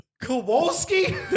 Kowalski